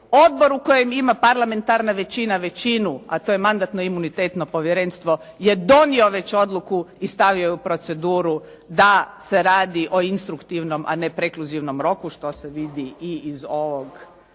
odboru kojem ima parlamentarna većina većinu, a to je Mandatno-imunitetno povjerenstvo je donio već odluku i stavio je u proceduru da se radi o instruktivnom, a ne prekluzivnom roku, što se vidi i iz ovog